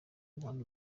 guhanga